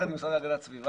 יחד עם המשרד להגנת הסביבה,